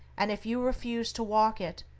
and if you refuse to walk it,